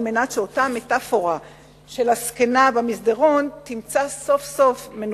מנת שאותה מטאפורה של הזקנה במסדרון תמצא סוף-סוף מנוחה.